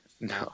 No